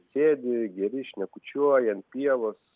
sėdi geri šnekučiuoji ant pievos